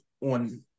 on